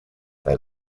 they